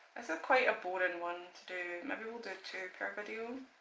is ah quite a boring one to do, maybe we will do two per video.